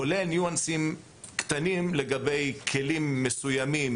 כולל ניואנסים קטנים לגבי כלים מסוימים